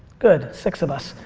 good, six of us.